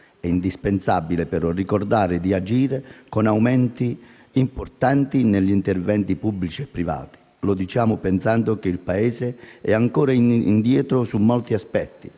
È indispensabile, però, ricordarsi di agire con aumenti importanti degli investimenti pubblici e privati. Lo diciamo pensando che il Paese è ancora in dietro su molti aspetti